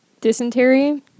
Dysentery